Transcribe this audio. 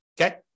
okay